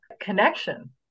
connection